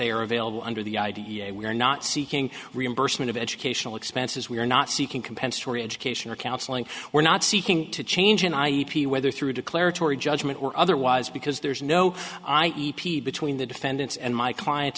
are available under the i d e a we are not seeking reimbursement of educational expenses we are not seeking compensatory education or counseling we're not seeking to change and i e p whether through declaratory judgment or otherwise because there's no i e peace between the defendants and my clients